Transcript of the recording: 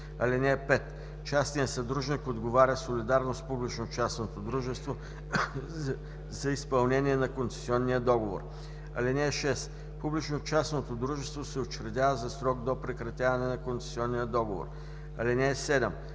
(5) Частният съдружник отговаря солидарно с публично-частното дружество за изпълнението на концесионния договор. (6) Публично-частното дружество се учредява за срок до прекратяване на концесионния договор. (7)